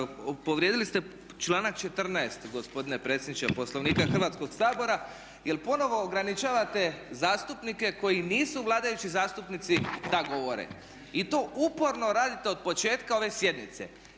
povrijedili ste članak 14. gospodine predsjedniče Poslovnika Hrvatskog sabora jer ponovno ograničavate zastupnike koji nisu vladajući zastupnici da govore. I to uporno radite od početka ove sjednice.